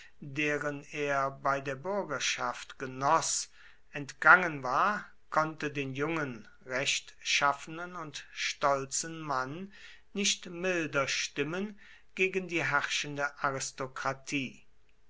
deren er bei der bürgerschaft genoß entgangen war konnte den jungen rechtschaffenen und stolzen mann nicht milder stimmen gegen die herrschende aristokratie